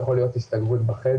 זה יכול להיות הסתגרות בחדר,